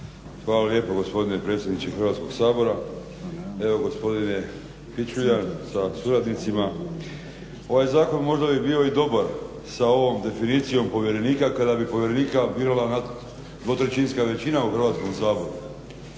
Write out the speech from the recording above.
Hvala lijepo gospodine predsjedniče Hrvatskog sabora. Evo gospodine Pičuljan sa suradnicima, ovaj zakon možda bi bio dobara sa ovom definicijom povjerenika kada bi povjerenika birala dvotrećinska većina u Hrvatskom saboru.